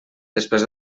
després